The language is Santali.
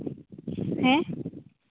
ᱦᱮᱸ